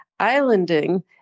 Islanding